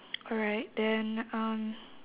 alright then um